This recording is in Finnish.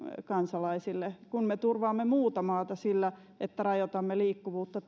kansalaisille kun me turvaamme muuta maata sillä että rajoitamme liikkuvuutta